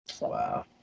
Wow